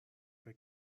فکر